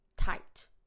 Tight